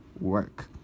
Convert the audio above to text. work